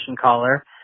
caller